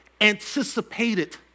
anticipated